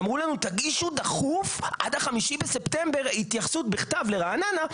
אמרו לנו: תגישו דחוף עד ה-5 בספטמבר התייחסות בכתב לרעננה.